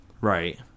Right